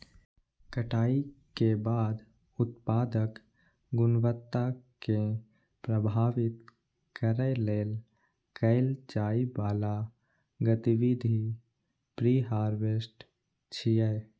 कटाइ के बाद उत्पादक गुणवत्ता कें प्रभावित करै लेल कैल जाइ बला गतिविधि प्रीहार्वेस्ट छियै